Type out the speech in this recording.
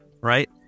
right